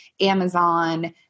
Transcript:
Amazon